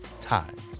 times